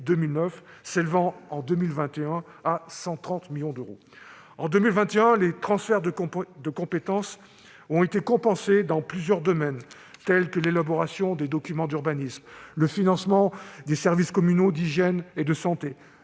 s'élevant en 2021 à 130 millions d'euros. En 2021, les transferts de compétences ont été compensés dans plusieurs domaines, tels que l'élaboration des documents d'urbanisme, le financement des services communaux d'hygiène et de santé,